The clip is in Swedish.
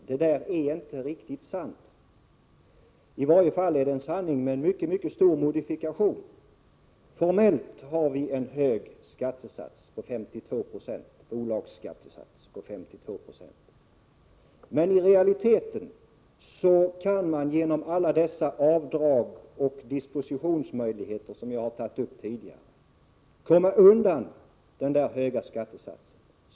Det där är inte riktigt sant. I varje fall är det en sanning med mycket stor modifikation. Formellt har vi en hög bolagsskattesats på 52 96, men i realiteten kan man genom alla de olika avdrag och dispositionsmöjligheter som jag har tagit upp tidigare komma undan den där höga skattesatsen.